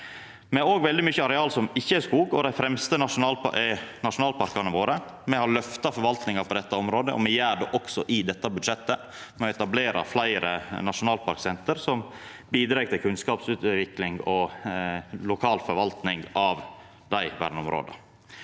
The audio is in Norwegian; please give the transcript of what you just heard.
Me har òg veldig mykje areal som ikkje er skog, og dei fremste er nasjonalparkane våre. Me har løfta forvaltninga på dette området, og me gjer det også i dette budsjettet ved å etablera fleire nasjonalparksenter som bidreg til kunnskapsutvikling og lokal forvaltning av dei verneområda.